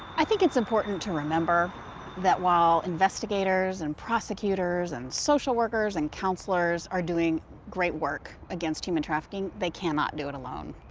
i think it's important to remember that while investigators, and prosecutors, and social workers, and counselors are doing great work against human trafficking, they cannot do it alone.